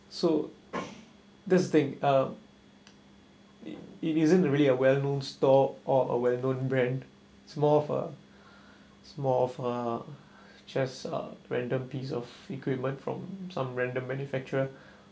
so this thing uh it isn't really a well known store or a well known brand it's more of a it's more of a just a random piece of equipment from some random manufacturer